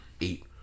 eight